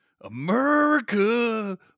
america